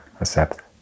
Accept